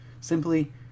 simply